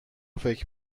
فکر